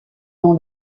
dans